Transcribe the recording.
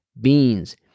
beans